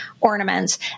ornaments